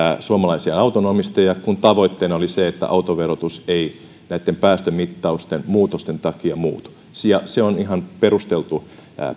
suomalaisia autonomistajia kun tavoitteena oli se että autoverotus ei näitten päästömittausten muutosten takia muutu ja se on ihan perusteltu